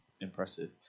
impressive